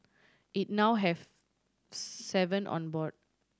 it now have seven on board